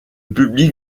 public